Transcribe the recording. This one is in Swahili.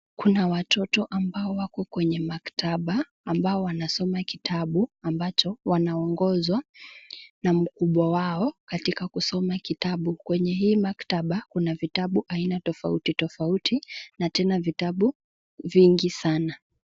Kuna watoto ambao wako kwenye maktaba ambao wanasoma kitabu ambacho wanaongozwa na mkubwa wao katika kusoma kitabu. Kwenye hii maktaba kuna vitabu aina tofauti tofauti na tena vitabu vingi sana.